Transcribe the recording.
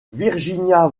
virginia